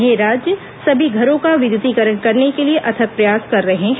ये राज्य सभी घरों का विद्युतीकरण करने के लिए अथक प्रयास कर रहे हैं